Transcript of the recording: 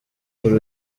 kuri